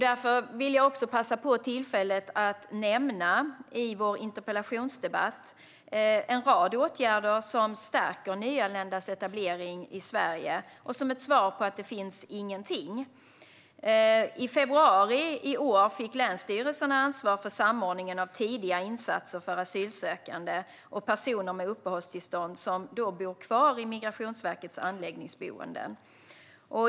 Därför vill jag ta tillfället i akt att nämna en rad åtgärder som stärker nyanländas etablering i Sverige, som ett svar på Johan Forssells påstående att det inte finns någonting. I februari i år fick länsstyrelserna ansvar för samordningen av tidiga insatser för asylsökande och personer med uppehållstillstånd som bor kvar i Migrationsverkets anläggningsboenden.